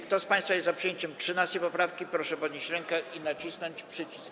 Kto z państwa jest za przyjęciem 13. poprawki, proszę podnieść rękę i nacisnąć przycisk.